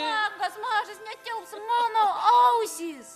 langas mažas netilps mano ausys